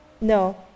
No